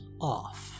off